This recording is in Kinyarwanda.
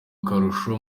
akarusho